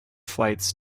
flights